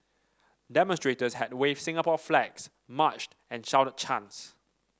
demonstrators had waved Singapore flags marched and shouted chants